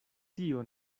tio